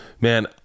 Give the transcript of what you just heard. man